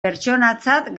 pertsonatzat